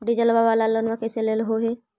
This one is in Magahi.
डीजलवा वाला लोनवा कैसे लेलहो हे?